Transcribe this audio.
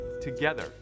Together